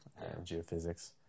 geophysics